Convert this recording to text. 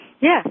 Yes